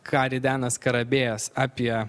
ką ridena skarabėjas apie